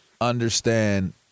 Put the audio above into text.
understand